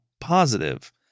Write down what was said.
positive